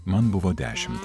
man buvo dešimt